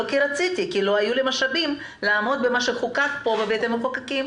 לא כי רציתי אלא כי לא היו לי משאבים לעמוד במה שנחקק בבית המחוקקים.